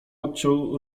odciął